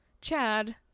Chad